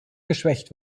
geschwächt